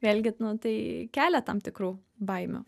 vėlgi nu tai kelia tam tikrų baimių